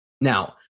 Now